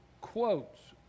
quotes